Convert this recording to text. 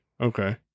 okay